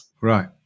right